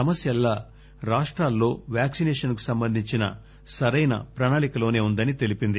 సమస్యల్లా రాష్టాల్లో వ్యాక్సినేషన్ కు సంబంధించిన సరైన ప్రణాళికలోనే ఉందని తెలిపింది